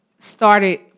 started